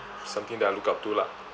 something that I look up to lah